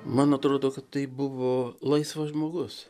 man atrodo kad tai buvo laisvas žmogus